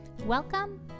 Welcome